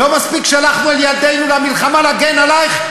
לא מספיק שלחנו את ילדינו למלחמה להגן עלייך,